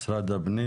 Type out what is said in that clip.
במשרד הפנים